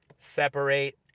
separate